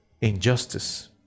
Injustice